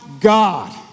God